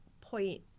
point